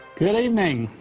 good evening.